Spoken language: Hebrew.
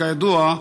כידוע,